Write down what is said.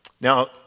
Now